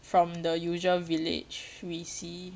from the usual village we see